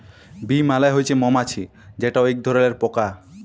bee মালে হছে মমাছি যেট ইক ধরলের পকা